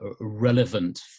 relevant